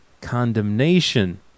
condemnation